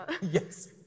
Yes